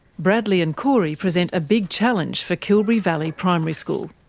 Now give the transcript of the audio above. bradley and corey present a big challenge for kilberry valley primary school.